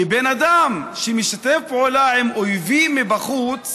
כי בן אדם שמשתף פעולה עם אויבים מבחוץ,